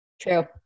True